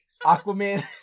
Aquaman